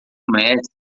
mestre